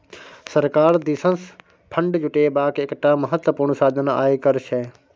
सरकार दिससँ फंड जुटेबाक एकटा महत्वपूर्ण साधन आयकर छै